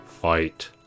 fight